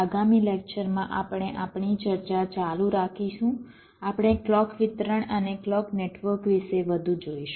આગામી લેક્ચરમાં આપણે આપણી ચર્ચા ચાલુ રાખીશું આપણે ક્લૉક વિતરણ અને ક્લૉક નેટવર્ક વિશે વધુ જોઈશું